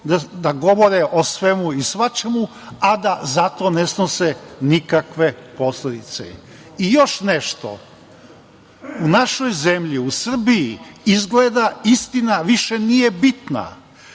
da govore o svemu i svačemu, a da za to ne snose nikakve posledice.I još nešto. U našoj zemlji, u Srbiji, izgleda da istina više nije bitna.